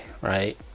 right